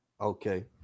Okay